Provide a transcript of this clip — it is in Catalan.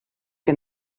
que